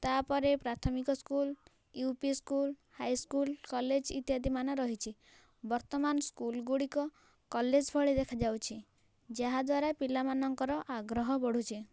ତାପରେ ପ୍ରାଥମିକ school UP school high school college ଇତ୍ୟାଦି ମାନ ରହିଛି ବର୍ତ୍ତମାନ ସ୍କୁଲ୍ ଗୁଡ଼ିକ କଲେଜ ଭଳି ଦେଖାଯାଉଛି ଯାହାଦ୍ୱାରା ପିଲାମାନଙ୍କର ଆଗ୍ରହ ବଢୁଛି